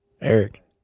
Eric